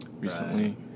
recently